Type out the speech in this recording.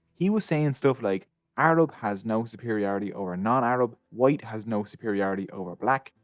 he was saying stuff like arab has no superiority over non-arab. white has no superiority over black.